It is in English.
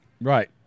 right